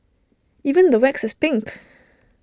even the wax is pink